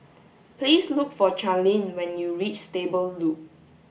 please look for Charline when you reach Stable Loop